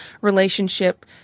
relationship